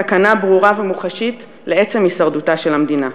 סכנה ברורה ומוחשית לעצם הישרדותה של המדינה.